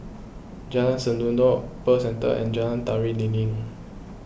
Jalan Sendudok Pearl Centre and Jalan Tari Lilin